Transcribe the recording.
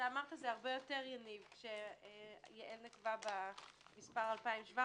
יכול להיות שזה פי עשרה מ-2,700